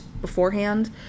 beforehand